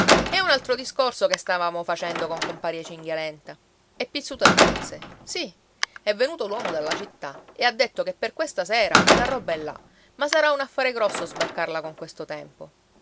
è un altro discorso che stavamo facendo con compare cinghialenta e pizzuto aggiunse sì è venuto l'uomo dalla città e ha detto che per questa sera la roba è là ma sarà un affare grosso sbarcarla con questo tempo